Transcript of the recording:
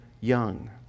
young